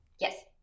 Yes